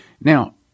Now